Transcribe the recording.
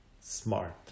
smart